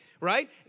right